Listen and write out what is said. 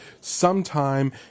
sometime